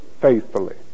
faithfully